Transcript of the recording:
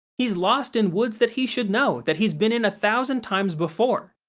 he's lost in woods that he should know, that he's been in a thousand times before.